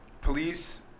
police